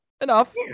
Enough